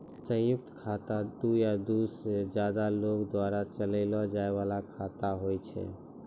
संयुक्त खाता दु या दु से ज्यादे लोगो द्वारा चलैलो जाय बाला खाता होय छै